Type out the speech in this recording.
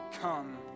come